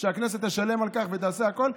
שהכנסת תשלם על כך ותעשה הכול,